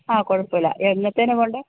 ആ കുഴപ്പമില്ല എന്നത്തേക്കാണ് പോവേണ്ടത്